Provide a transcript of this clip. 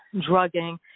drugging